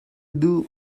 duh